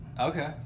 Okay